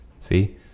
See